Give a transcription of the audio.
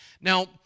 Now